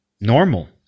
normal